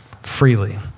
freely